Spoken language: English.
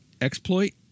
exploit